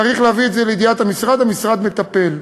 צריך להביא את זה לידיעת המשרד, והמשרד מטפל.